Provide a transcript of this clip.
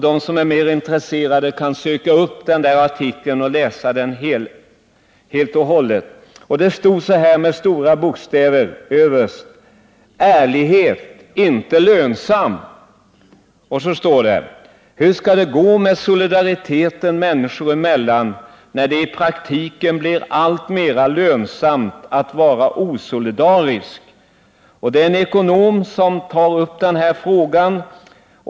De som är intresserade kan söka upp artikeln och läsa den helt och hållet. I rubriken stod det med stora bokstäver: ”Ärlighet — inte lönsam.” Sedan stod det så här: ”Hur ska det gå med solidariteten människor emellan när det i praktiken blir allt mera lönsamt att vara osolidarisk?” Det är en ekonom som tar upp den här frågan.